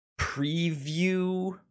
preview